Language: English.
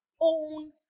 own